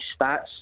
stats